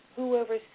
Whoever